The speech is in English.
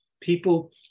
people